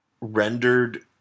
rendered